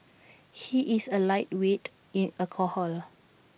he is A lightweight in alcohol